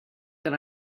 that